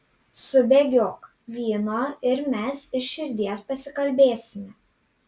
subėgiok vyno ir mes iš širdies pasikalbėsime